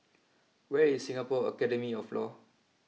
where is Singapore Academy of Law